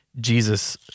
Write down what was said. Jesus